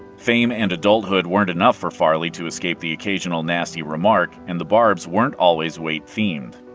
fame and adulthood weren't enough for farley to escape the occasional nasty remark, and the barbs weren't always weight-themed.